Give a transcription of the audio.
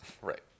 Right